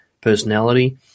personality